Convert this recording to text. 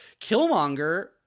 Killmonger